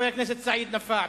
חבר הכנסת סעיד נפאע,